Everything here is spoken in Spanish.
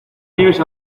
nieves